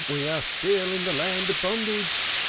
we are still in the land of bondage.